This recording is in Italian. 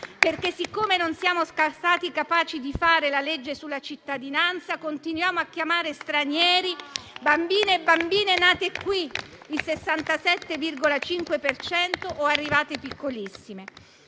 perché, siccome non siamo stati capaci di fare la legge sulla cittadinanza, continuiamo a chiamare stranieri bambine e bambini nati qui (il 67,5 per cento) o arrivati piccolissimi.